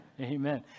Amen